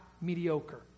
mediocre